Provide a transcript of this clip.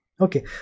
okay